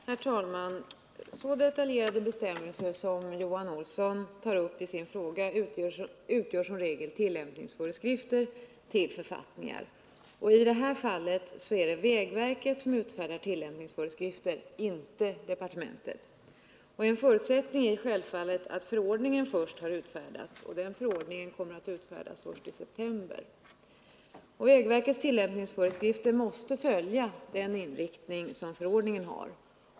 Herr talman! Så detaljerade bestämmelser som Johan Olsson tar upp i sin fråga utgör som regel tillämpningsföreskrifter till författningar. I det här fallet är det vägverket som utfärdar tillämpningsföreskrifter, inte regeringen. En förutsättning är självfallet att förordningen först har utfärdats, och det kommer inte att ske förrän i september. Vägverkets tillämpningsföreskrifter måste följa den inriktning förordningen har.